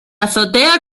azotea